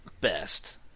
Best